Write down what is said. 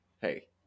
hey